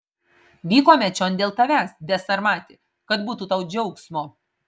vykome čion dėl tavęs besarmati kad būtų tau džiaugsmo